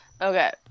Okay